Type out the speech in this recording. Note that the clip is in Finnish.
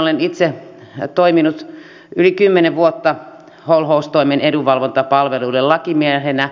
olen itse toiminut yli kymmenen vuotta holhoustoimen edunvalvontapalveluiden lakimiehenä